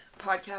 podcast